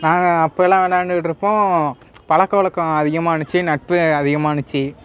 நாங்கள் அப்பயெலாம் விளாண்டுட்ருப்போம் பழக்க வழக்கம் அதிகமானுச்சு நட்பு அதிகமானுச்சு